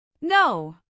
No